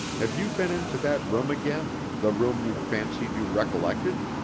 have you been into that room again the room you fancied you recollected?